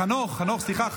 חנוך, חנוך, סליחה.